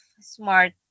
smart